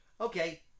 Okay